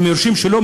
הם יורשים שלו,